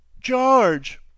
George